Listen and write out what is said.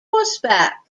horseback